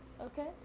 Okay